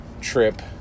trip